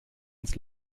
ins